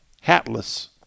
hatless